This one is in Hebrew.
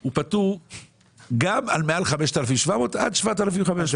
הוא פטור על מעל 5,700 ₪ ועד 7,500 ₪.